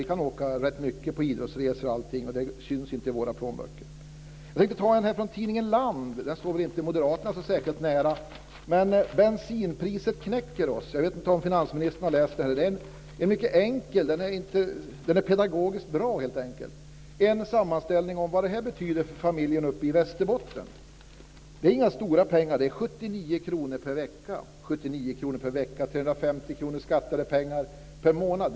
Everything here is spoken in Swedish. Vi kan åka på idrottsresor, och det syns inte i våra plånböcker. Jag har tidningen Land här. Den står inte moderaterna så nära. "Bensinpriset knäcker oss." Jag vet inte om finansministern har läst detta. Tidningen är enkel och pedagogiskt bra. Den har en sammanställning av vad detta betyder för en familj i Västerbotten. Det är inga stora pengar, nämligen 79 kr per vecka, dvs. 350 kr skattade pengar per månad.